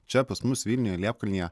čia pas mus vilniuje liepkalnyje